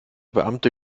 beamte